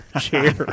chair